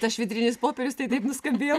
tas švitrinis popierius tai taip nuskambėjo